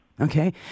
Okay